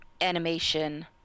animation